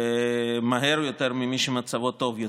ומהר יותר ממי שמצבו טוב יותר.